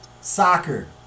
soccer